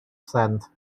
sent